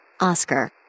Oscar